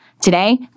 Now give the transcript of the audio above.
Today